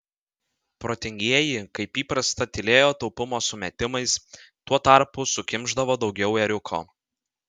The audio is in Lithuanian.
protingieji kaip įprasta tylėjo taupumo sumetimais tuo tarpu sukimšdavo daugiau ėriuko